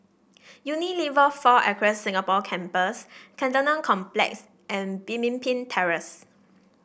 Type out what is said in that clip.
Unilever Four Acres Singapore Campus Cantonment Complex and Pemimpin Terrace